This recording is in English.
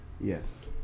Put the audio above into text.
Yes